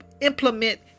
implement